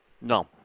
No